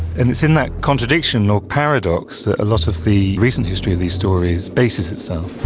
and it's in that contradiction or paradox that a lot of the recent history of these stories bases itself.